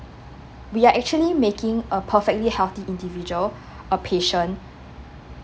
we are actually making a perfectly healthy individual a patient